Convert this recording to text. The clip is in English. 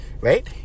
right